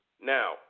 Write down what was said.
Now